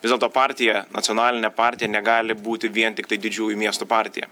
vis dėlto partija nacionalinė partija negali būti vien tiktai didžiųjų miestų partija